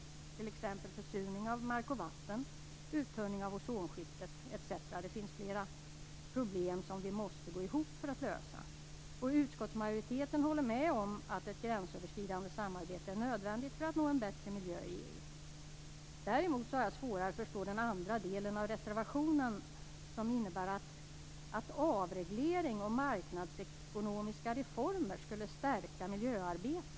Det gäller då försurning av mark och vatten, uttunning av ozonskiktet etc. Flera problem är sådana att vi måste gå samman för att kunna lösa dem. Utskottsmajoriteten håller med om att ett gränsöverskridande samarbete är nödvändigt för att uppnå en bättre miljö i EU. Däremot har jag svårare att förstå den senare delen av reservationen. Innebörden där är att avreglering och marknadsekonomiska reformer skulle stärka miljöarbetet.